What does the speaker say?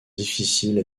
difficile